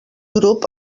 grup